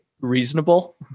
reasonable